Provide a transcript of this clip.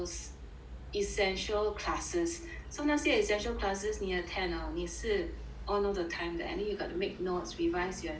essential classes so 那些 essential classes 你要 attend hor 你是 on all the time that any you got to make notes revise your notes